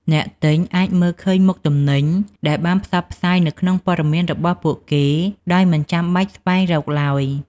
អ្នកទិញអាចមើលឃើញមុខទំនិញដែលបានផ្សព្វផ្សាយនៅក្នុងពត៌មានរបស់ពួកគេ ដោយមិនចាំបាច់ស្វែងរកឡើយ។